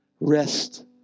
rest